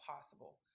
possible